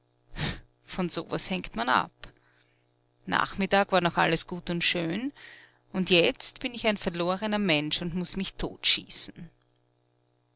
von so was hängt man ab nachmittag war noch alles gut und schön und jetzt bin ich ein verlorener mensch und muß mich totschießen